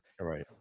Right